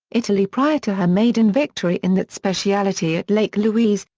italy prior to her maiden victory in that specialty at lake louise,